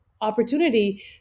opportunity